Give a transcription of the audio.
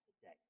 today